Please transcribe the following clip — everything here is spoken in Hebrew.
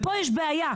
ופה יש בעיה.